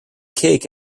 cake